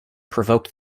provoked